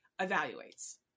evaluates